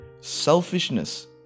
Selfishness